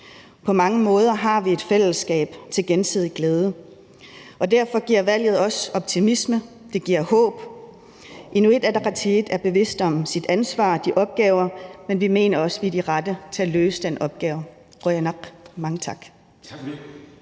På mange måder har vi et fællesskab til gensidig glæde, og derfor giver valget også optimisme, og det giver håb. Inuit Ataqatigiit er bevidst om sit ansvar og de opgaver, men vi mener også, at vi er de rette til at løse den opgave. Qujanaq – mange tak.